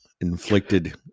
inflicted